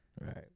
Right